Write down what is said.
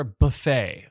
buffet